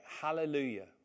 hallelujah